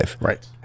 Right